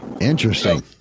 Interesting